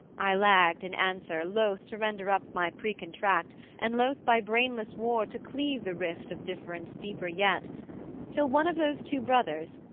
i lagged in answer loth to render up my precontract, and loth by brainless war to cleave the rift of difference deeper yet till one of those two brothers,